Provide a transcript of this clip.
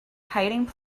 hiding